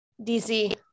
DC